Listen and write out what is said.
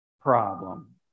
problem